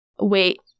Wait